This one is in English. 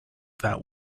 that